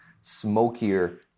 smokier